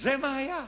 זה מה שהיה.